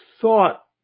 thought